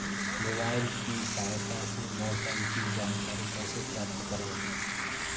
Mobile की सहायता से मौसम की जानकारी कैसे प्राप्त करें?